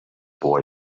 boy